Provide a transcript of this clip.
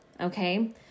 okay